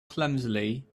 clumsily